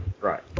right